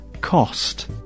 cost